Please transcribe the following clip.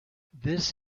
this